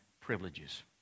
privileges